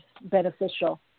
beneficial